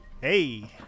Hey